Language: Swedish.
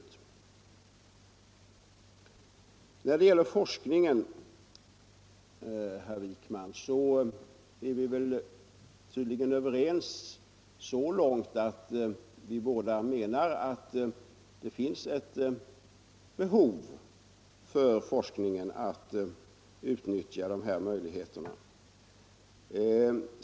2 När det gäller forskningen, herr Wijkman, är vi tydligen överens så långt att vi båda menar att det finns ett behov för forskningen att utnyttja de möjligheter som ADB-tekniken erbjuder.